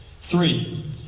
Three